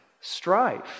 Strife